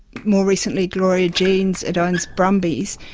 more recently gloria jean's, it owns brumby's.